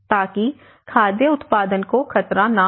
ताकि खाद्य उत्पादन को खतरा न हो